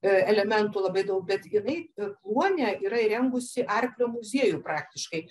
elementų labai daug bet jinai ir kluone yra įrengusi arklio muziejų praktiškai